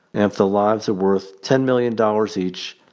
and if the lives are worth ten million dollars each,